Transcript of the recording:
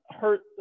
hurt